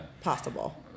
possible